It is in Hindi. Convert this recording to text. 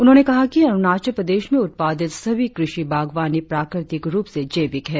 उन्होंने कहा कि अरुणाचल प्रदेश में उत्पादित सभी कृषि बागवानी प्राकृतिक रुप से जैविक है